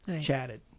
chatted